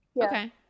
Okay